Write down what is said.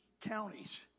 counties